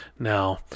Now